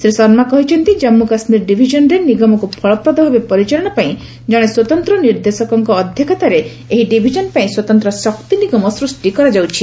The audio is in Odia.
ଶ୍ରୀ ଶର୍ମା କହିଛନ୍ତି କାମ୍ମୁ କାଶ୍ମୀର ଡିଭିଜନ୍ରେ ନିଗମକୁ ଫଳପ୍ରଦ ଭାବେ ପରିଚାଳନା ପାଇଁ ଜଣେ ପରିଚାଳନା ନିର୍ଦ୍ଦେଶକଙ୍କ ଅଧ୍ୟକ୍ଷତାରେ ଏହି ଡିଭିଜନ୍ ପାଇଁ ସ୍ୱତନ୍ତ୍ର ଶକ୍ତି ନିଗମ ସୃଷ୍ଟି କରାଯାଇଛି